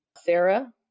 Sarah